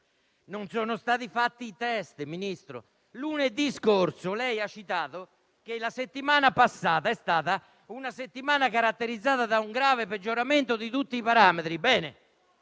non sono stati fatti i test. Lunedì scorso lei ha riferito che la settimana passata è stata caratterizzata da un grave peggioramento di tutti i parametri. Lunedì